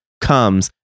Comes